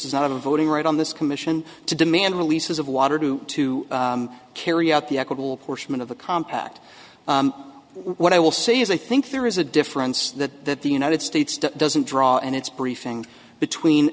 is not a voting right on this commission to demand releases of water due to carry out the equitable portion of the compact what i will say is i think there is a difference that the united states to doesn't draw and its briefing between